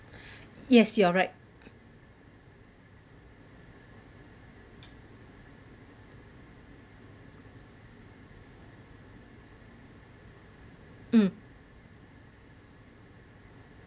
yes you're right um